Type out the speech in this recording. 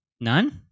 None